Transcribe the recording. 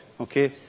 okay